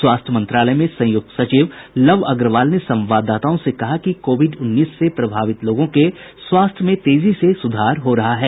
स्वास्थ्य मंत्रालय में संयुक्त सचिव लव अग्रवाल ने संवाददाताओं से कहा कि कोविड उन्नीस से प्रभावित लोगों के स्वास्थ्य में तेजी से सुधार हो रहा है